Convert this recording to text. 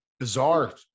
bizarre